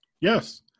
Yes